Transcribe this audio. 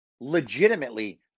legitimately